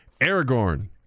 Aragorn